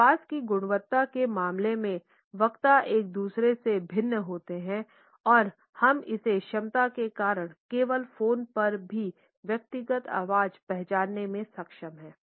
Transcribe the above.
आवाज़ की गुणवत्ता के मामले में वक्ता एक दूसरे से भिन्न होते हैं और हम इस क्षमता के कारण केवल फोन पर भी व्यक्तिगत आवाज़ पहचानने में सक्षम हैं